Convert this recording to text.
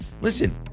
Listen